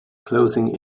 closing